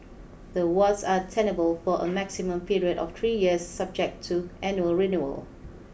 the awards are tenable for a maximum period of three years subject to annual renewal